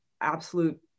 absolute